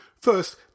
First